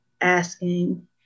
asking